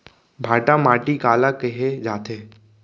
भांटा माटी काला कहे जाथे?